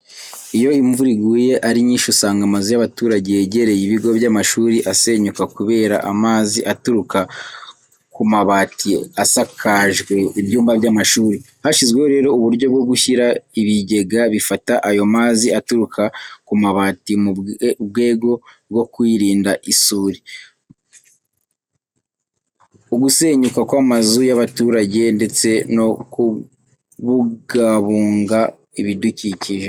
Iyo imvura iguye ari nyinshi usanga amazu y'abaturage yegereye ibigo by'amashuri asenyuka kubera amazi aturuka ku mabati asakajwe ibyumba by'amashuri. Hashyizweho rero uburyo bwo gushyira ibigega bifata ayo mazi aturuka ku mabati mu bwego rwo kwirinda isuri, ugusenyuka kw'amazu y'abaturage ndetse no kubugabunga ibidukikije.